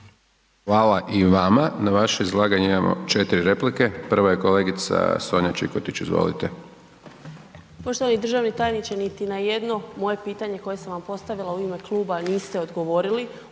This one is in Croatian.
Hvala i vama. Na vaše izlaganje imamo 4 replike, prva je kolegica Sonja Čikotić, izvolite. **Čikotić, Sonja (MOST)** Poštovani državni tajniče, niti na jedno moje pitanje koje sam vam postavila u ime kluba, niste odgovorili